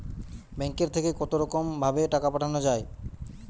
ব্যাঙ্কের থেকে কতরকম ভাবে টাকা পাঠানো য়ায়?